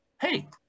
hey